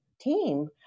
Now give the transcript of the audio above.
team